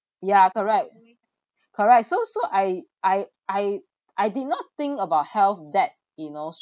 ya correct correct so so I I I I did not think about health that you know